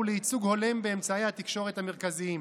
לייצוג הולם באמצעי התקשורת המרכזיים.